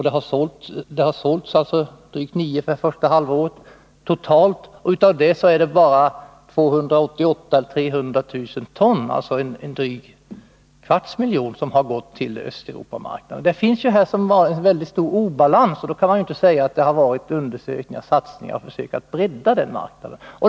Det har sålts drygt 9 miljoner ton under första halvåret totalt, och därav är det bara 288 000-300 000 ton, alltså en dryg kvarts miljon ton, som har gått till den östeuropeiska marknaden. Det finns här en mycket stor obalans, och då kan man inte säga att det har gjorts satsningar för att försöka bredda denna marknad.